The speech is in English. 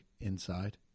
inside